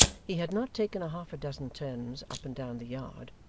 he had not taken half-a-dozen turns up and down the yard,